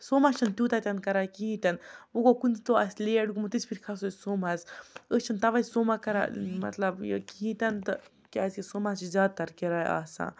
سوما چھِنہٕ تیوٗتاہ تہِ نہٕ کَران کِہیٖنۍ تہِ نہٕ وۄنۍ گوٚو کُنہِ دۄہ آسہِ لیٹ گوٚمُت تِژھ پھِر کھَسو أسۍ سومہَس أسۍ چھِنہٕ تَوَے سوما کَران مطلب یہِ کِہیٖنۍ تہِ نہٕ تہٕ کیٛازِکہِ سومہَس چھِ زیادٕتر کِراے آسان